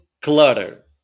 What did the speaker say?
clutter